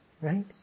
Right